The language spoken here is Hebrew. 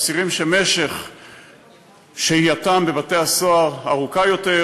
אסירים שמשך שהייתם בבתי-הסוהר ארוך יותר,